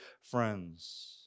friends